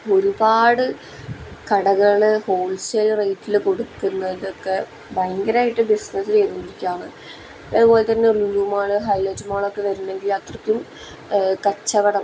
ഒരുപാട് കടകൾ ഹോൾസെൽ റേറ്റിൽ കൊടുക്കുന്നതൊക്കെ ഭയങ്കരമായിട്ട് ബിസിനസ്സ് ചെയ്തുകൊണ്ടിരിക്കുകയാണ് അതുപോലെത്തന്നെ ലുലു മാള് ഹൈലൈറ്റ് മാളൊക്കെ വരണമെങ്കിൽ അത്രക്കും കച്ചവടം